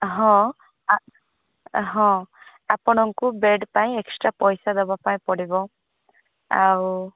ହଁ ଆ ହଁ ଆପଣଙ୍କୁ ବେଡ୍ ପାଇଁ ଏକ୍ସଟ୍ରା ପଇସା ଦେବାପାଇଁ ପଡ଼ିବ ଆଉ